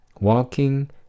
walking